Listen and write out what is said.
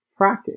fracking